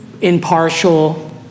impartial